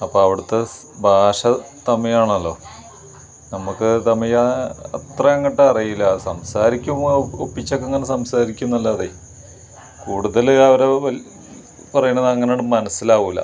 അപ്പോൾ അവിടുത്ത ഭാഷ തമിഴാണല്ലോ നമുക്ക് തമിഴ് അത്ര അങ്ങോട്ട് അറിയില്ല സംസാരിക്കുമ്പോൾ ഒപ്പിച്ചൊക്കെ ഇങ്ങനെ സംസാരിക്കുന്നല്ലാതെ കൂടുതല് അവര് വെൽ പറയണത് അങ്ങനെ അങ്ങട് മനസിലാകുകയില്ല